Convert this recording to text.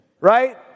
right